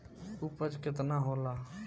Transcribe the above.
उपज केतना होला?